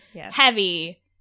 heavy